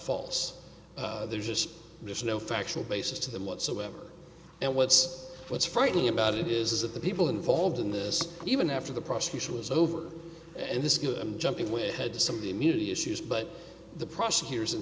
false there's just there's no factual basis to them whatsoever and what's what's frightening about it is that the people involved in this even after the prosecution was over and this jumping with had some of the immunity issues but the prosecutors and